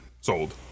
sold